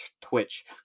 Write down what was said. Twitch